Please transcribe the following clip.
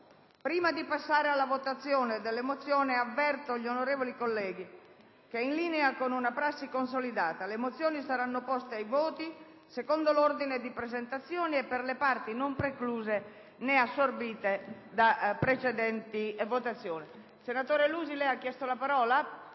Prima di passare alla votazione delle mozioni, avverto gli onorevoli colleghi che, in linea con una prassi consolidata, le mozioni saranno poste ai voti secondo l'ordine di presentazione e per le parti non precluse né assorbite da precedenti votazioni.